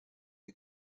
les